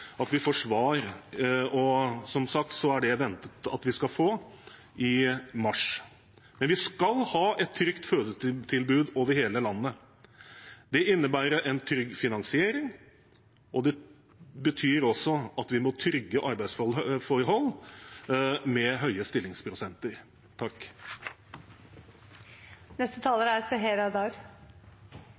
Som sagt er det forventet at vi får svar i mars. Vi skal ha et trygt fødetilbud over hele landet. Det innebærer en trygg finansiering, og det betyr også at vi må trygge arbeidsforholdene med høye stillingsprosenter. Norge er